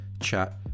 chat